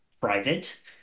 private